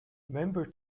member